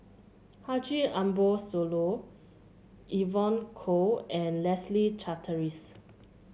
Haji Ambo Sooloh Evon Kow and Leslie Charteris